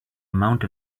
amount